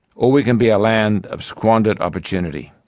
or we can be a land of squandered opportunity.